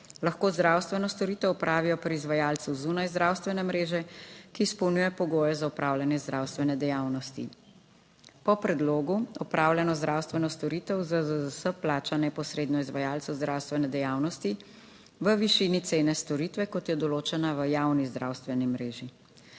lahko zdravstveno storitev opravijo pri izvajalcu zunaj zdravstvene mreže, ki izpolnjuje pogoje za opravljanje zdravstvene dejavnosti. Po predlogu opravljeno zdravstveno storitev ZZZS plača neposredno izvajalcu zdravstvene dejavnosti v višini cene storitve, kot je določena v javni zdravstveni mreži.